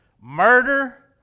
murder